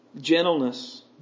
Gentleness